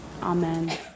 Amen